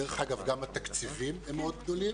דרך אגב, גם התקציבים הם מאוד גדולים